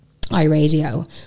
iRadio